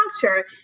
culture